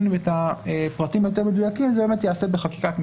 ואת הפרטים היותר מדויקים זה באמת ייעשה בחקיקת משנה,